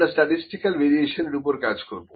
আমরা স্ট্যাটিস্টিকাল ভেরিয়েশনের উপরে কাজ করব